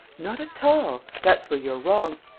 not at all! that's where you're wrong!